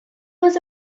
was